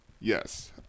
yes